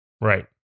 Right